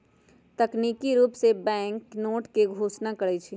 तकनिकी रूप से बैंक बैंकनोट के घोषणा करई छई